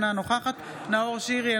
אינה נוכחת נאור שירי,